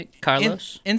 Carlos